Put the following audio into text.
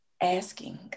asking